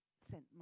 sent